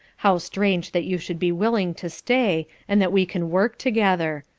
how strange that you should be willing to stay, and that we can work together!